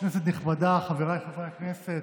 כנסת נכבדה, חבריי חברי הכנסת,